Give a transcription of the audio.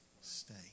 stay